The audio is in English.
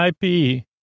IP